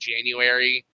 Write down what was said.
January